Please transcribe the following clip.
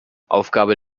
aufgabe